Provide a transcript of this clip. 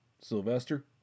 Sylvester